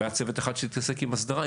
והיה צוות אחד שהתעסק בהסדרה,